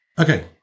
Okay